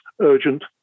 urgent